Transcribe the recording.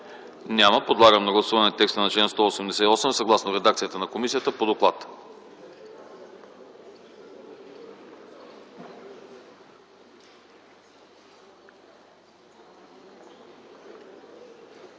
Няма. Подлагам на гласуване текста на чл. 187 съгласно редакцията на комисията по доклада.